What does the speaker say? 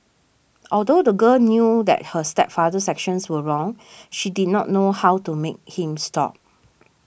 although the girl knew that her stepfather's actions were wrong she did not know how to make him stop